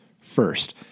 first